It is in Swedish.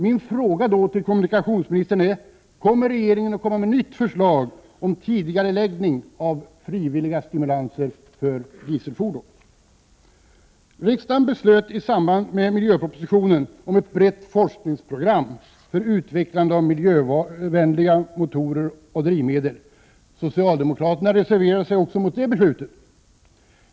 Min fråga till kommunikationsministern är: Kommer regeringen att avge nytt förslag om tidigareläggning av frivilliga stimulanser för dieselfordon? Riksdagen beslöt i samband med miljöpropositionen om ett brett forskningsprogram för utvecklande av miljövänliga motorer och drivmedel. Socialdemokraterna reserverade sig också mot det beslutet.